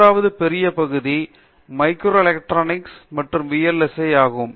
மூன்றாவது பெரிய பகுதி மைக்ரோ எலெக்ட்ரானிக்ஸ் மற்றும் வி எல் எஸ் ஐ ஆகும்